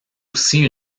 aussi